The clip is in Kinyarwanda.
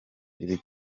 ibi